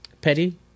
Petty